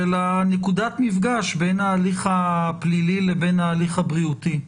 של נקודת המפגש בין ההליך הפלילי לבין ההליך הבריאותי.